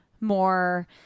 more